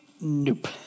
Nope